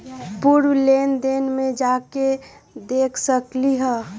पूर्व लेन देन में जाके देखसकली ह?